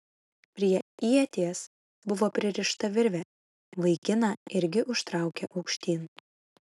prie ieties buvo pririšta virvė vaikiną irgi užtraukė aukštyn